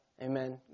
Amen